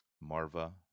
Marva